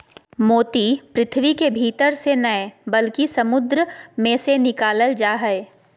मोती पृथ्वी के भीतर से नय बल्कि समुंद मे से निकालल जा हय